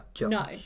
No